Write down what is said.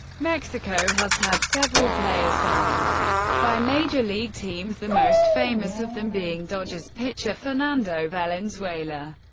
mexico has had several players signed by major league teams, the most famous of them being dodgers pitcher fernando valenzuela.